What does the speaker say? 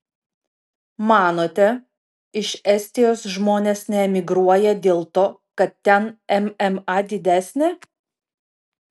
manote iš estijos žmonės neemigruoja dėl to kad ten mma didesnė